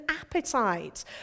appetite